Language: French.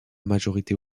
majorité